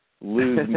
lose